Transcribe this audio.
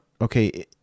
Okay